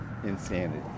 Insanity